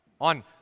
On